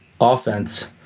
offense